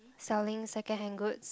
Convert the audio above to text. selling second hand goods